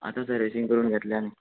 आतां सर्विसींग करून घेतल्या न्ही